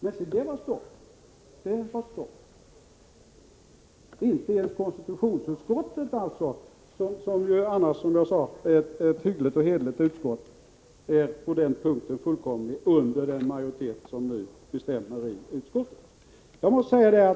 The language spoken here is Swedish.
Men se, det var stopp! Inte ens konstitutionsutskottet, som ju annars är ett hyggligt och hederligt utskott, kunde fungera under den majoritet som nu bestämmer i utskottet.